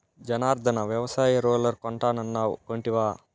జనార్ధన, వ్యవసాయ రూలర్ కొంటానన్నావ్ కొంటివా